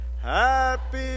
happy